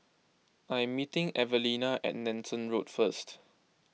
I am meeting Evelina at Nanson Road first